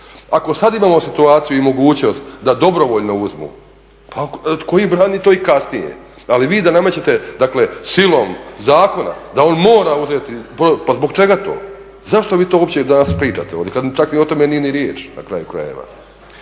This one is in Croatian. Ako sad imamo situaciju i mogućnost da dobrovoljno uzmu pa ko im brani to i kasnije. Ali vi da namećete dakle silom zakona da on mora uzeti, pa zbog čega to? Zašto vi to opće danas pričate ovdje kad čak o tome nije ni riječ na kraju krajeva.